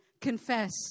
confess